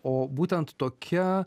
o būtent tokia